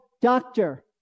doctor